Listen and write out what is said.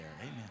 Amen